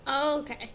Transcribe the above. Okay